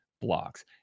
blocks